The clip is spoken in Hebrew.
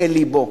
אל לבו".